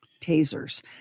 tasers